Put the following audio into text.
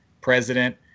president